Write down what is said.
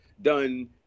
done